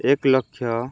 ଏକ ଲକ୍ଷ